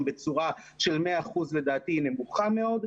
בצורה של מאה אחוז לדעתי היא נמוכה מאוד,